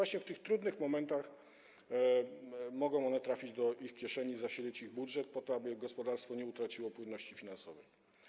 Właśnie w tych trudnych momentach mogą one trafić do ich kieszeni, zasilić ich budżet, po to aby gospodarstwo nie utraciło płynności finansowej.